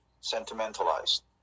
sentimentalized